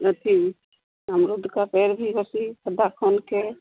अथि अमरूद का पेड़ भी वैसी गड्ढा खोदकर